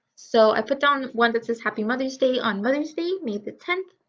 so i put on one that says happy mother's day on mother's day, may the tenth.